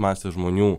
masė žmonių